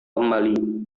kembali